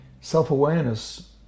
Self-awareness